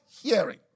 hearing